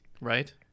right